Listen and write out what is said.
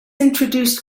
introduced